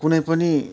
कुनैपनि